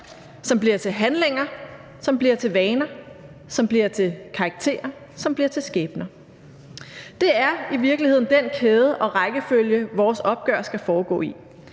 som bliver til karakterer, som bliver til skæbner. Det er i virkeligheden den kæde og rækkefølge, vores opgør skal foregå i.